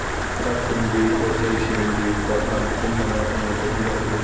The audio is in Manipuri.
ꯆꯥꯈꯨꯝꯒꯤ ꯄꯣꯠ ꯆꯩꯁꯤꯡꯒꯤ ꯄꯣꯠꯂꯝ ꯄꯨꯝꯅꯃꯛ ꯑꯩꯉꯣꯟꯗ ꯎꯠꯂꯛꯎ